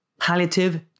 palliative